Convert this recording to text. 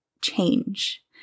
change